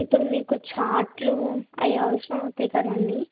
ఇప్పుడు మీకు చార్ట్లు అవి అవసరమవుతాయి కదండి